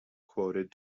quoted